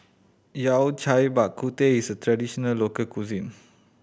Yao Cai Bak Kut Teh is a traditional local cuisine